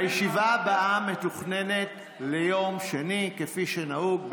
הישיבה הבאה מתוכננת ליום שני כפי שנהוג,